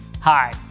Hi